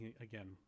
again